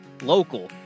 local